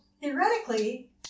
theoretically